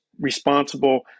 responsible